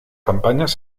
campañas